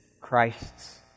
Christ's